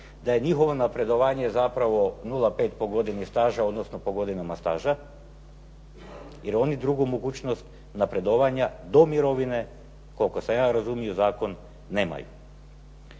da je njihovo napredovanje zapravo 0,5 po godini staža odnosno po godinama staža, jer oni drugu mogućnost napredovanja do mirovine, koliko sam ja razumio zakon, nemaju.